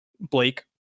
blake